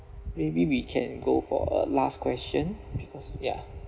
maybe we can go for a last question because ya